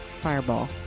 fireball